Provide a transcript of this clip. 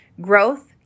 growth